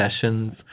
sessions